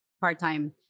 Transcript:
part-time